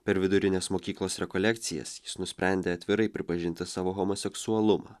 per vidurinės mokyklos rekolekcijas jis nusprendė atvirai pripažinti savo homoseksualumą